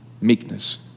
meekness